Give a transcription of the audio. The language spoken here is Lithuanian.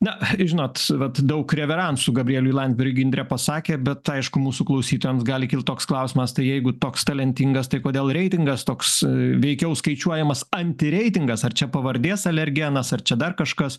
na žinot vat daug reveransų gabrieliui landsbergiui indrė pasakė bet aišku mūsų klausytojams gali kilt toks klausimas tai jeigu toks talentingas tai kodėl reitingas toks veikiau skaičiuojamas antireitingas ar čia pavardės alergenas ar čia dar kažkas